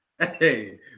Hey